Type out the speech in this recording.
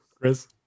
Chris